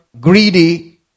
greedy